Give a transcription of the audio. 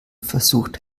versucht